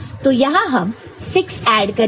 तो यहां हम 6 ऐड करेंगे